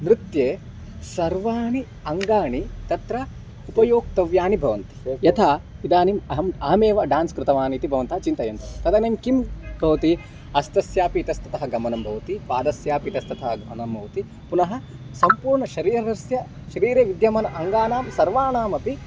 नृत्ये सर्वाणि अङ्गाणि तत्र उपयोक्तव्यानि भवन्ति यथा इदानीम् अहम् अहमेव ड्यान्स् कृतवानिति भवन्तः चिन्तयन्तु तदानीं किम् भवति हस्तस्यापि इतस्ततः गमनं भवति पादस्यापि इतस्ततः गमनं भवति पुनः सम्पूर्ण शरीरस्य शरीरे विद्यमानाङ्गानां सर्वानामपि